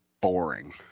boring